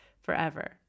forever